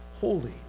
holy